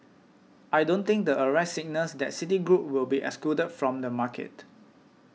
I don't think the arrest signals that Citigroup will be excluded from the market